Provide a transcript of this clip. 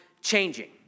changing